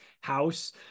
house